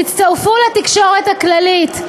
תצטרפו לתקשורת הכללית,